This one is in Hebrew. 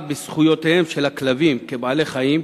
בזכויותיהם של הכלבים כבעלי-חיים,